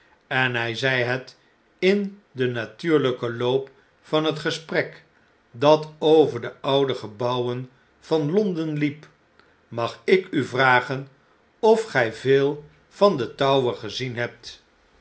en hy zei het in den natuuriyken loop van het gesprek dat over de oude gebouwen van l o n d e n liep mag ik u vragen of gij veel van de tower gezien hebt